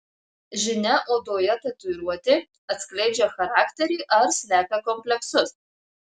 žinia odoje tatuiruotė atskleidžia charakterį ar slepia kompleksus